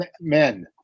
men